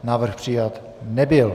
Návrh přijat nebyl.